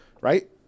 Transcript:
Right